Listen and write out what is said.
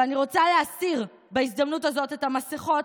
ואני רוצה להסיר בהזדמנות הזאת את המסכות